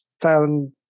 found